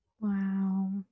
Wow